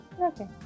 Okay